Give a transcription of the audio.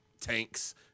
tanks